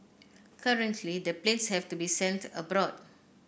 currently the planes have to be sent abroad